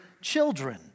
children